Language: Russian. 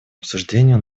обсуждению